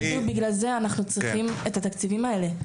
בגלל זה אנחנו צריכים את התקציבים האלה.